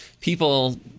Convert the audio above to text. People